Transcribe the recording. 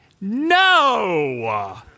No